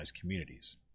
communities